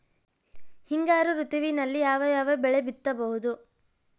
ಹಿಂಗಾರು ಋತುವಿನಲ್ಲಿ ಯಾವ ಯಾವ ಬೆಳೆ ಬಿತ್ತಬಹುದು?